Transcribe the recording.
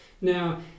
now